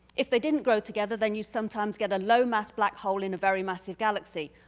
if they didn't grow together then you sometimes get a low mass black hole in a very massive galaxy.